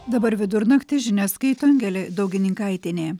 dabar vidurnaktis žinias skaito angelė daugininkaitienė